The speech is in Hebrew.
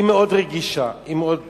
היא מאוד רגישה, היא מאוד פגיעה,